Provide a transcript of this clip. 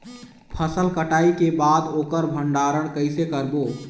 फसल कटाई के बाद ओकर भंडारण कइसे करबो?